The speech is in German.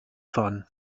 fahren